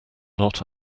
not